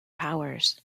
powers